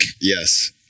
Yes